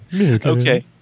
Okay